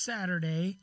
Saturday